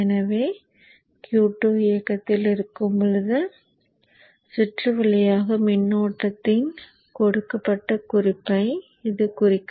எனவே Q2 இயக்கத்தில் இருக்கும் போது சுற்று வழியாக மின்னோட்டத்தின் கொடுக்கப்பட்ட குறிப்பை இது குறிக்கும்